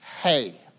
Hey